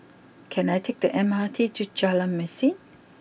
can I take the M R T to Jalan Mesin